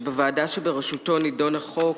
שבוועדה שבראשותו נדון החוק,